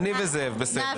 אני וזאב.